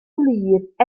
gwlyb